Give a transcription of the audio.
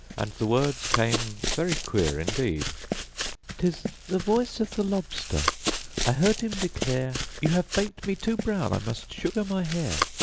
and the words came very queer indeed tis the voice of the lobster i heard him declare, you have baked me too brown, i must sugar my hair.